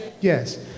Yes